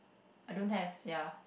I don't have ya